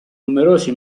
numerosi